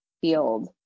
field